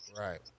Right